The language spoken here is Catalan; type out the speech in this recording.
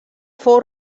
fou